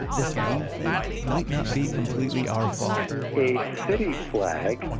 this name thing might not be completely our fault a city flag,